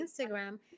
instagram